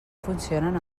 funcionen